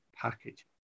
package